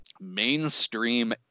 mainstream